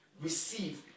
Receive